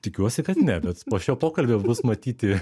tikiuosi kad ne bet po šio pokalbio bus matyti